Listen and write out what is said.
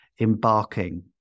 embarking